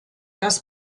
das